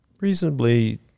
reasonably